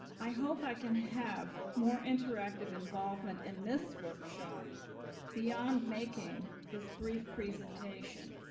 i hope i can have more interactive involvement in this workshop beyond making this brief presentation.